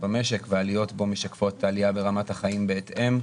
במשק והעליות בו משקפות את העלייה ברמת החיים בהתאם.